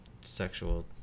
sexual